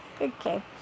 Okay